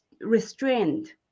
restrained